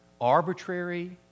arbitrary